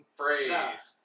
phrase